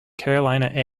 carolina